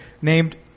named